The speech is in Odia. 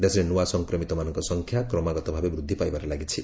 ଦେଶରେ ନ୍ତଆ ସଂକ୍ରମିତମାନଙ୍କ ସଂଖ୍ୟା କ୍ରମାଗତ ଭାବେ ବୃଦ୍ଧି ପାଇବାରେ ଲାଗିଛି